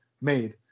made